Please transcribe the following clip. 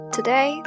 Today